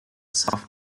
soft